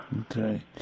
Okay